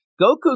Goku